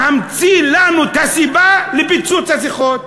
להמציא לנו את הסיבה לפיצוץ השיחות,